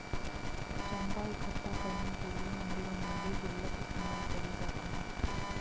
चन्दा इकट्ठा करने के लिए मंदिरों में भी गुल्लक इस्तेमाल करे जाते हैं